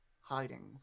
hiding